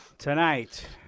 Tonight